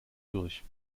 durch